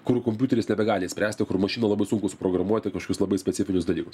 kur kompiuteris nebegali spręsti kur mašiną labai sunku suprogramuoti kažkokius labai specifinius dalykus